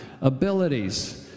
abilities